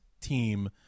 team